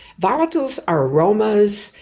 volatiles are aromas,